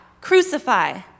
Crucify